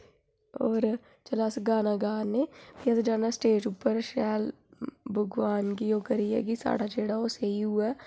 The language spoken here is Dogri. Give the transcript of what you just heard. और जेल्लै अस गाना गा ने फ्ही असें जाना स्टेज उप्पर शैल भगवान गी ओह् करियै कि साढ़ा जेह्ड़ा ओह् स्हेई होऐ